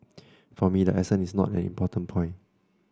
for me the accent is not an important point